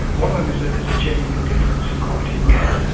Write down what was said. one of them is that there's a genuine difference in quality of care.